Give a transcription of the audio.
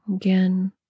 Again